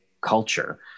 culture